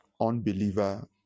unbeliever